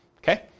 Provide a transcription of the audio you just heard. Okay